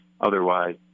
Otherwise